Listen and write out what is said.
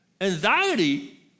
Anxiety